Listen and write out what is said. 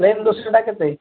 plain ଦୋସାଟା କେତେ